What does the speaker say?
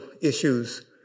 issues